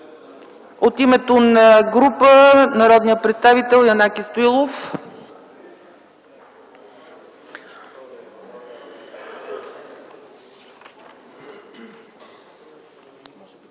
От името на група – народният представител Янаки Стоилов.